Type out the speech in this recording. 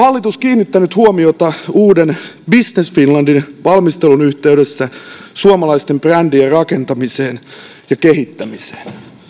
hallitus kiinnittänyt huomiota uuden business finlandin valmistelun yhteydessä suomalaisten brändien rakentamiseen ja kehittämiseen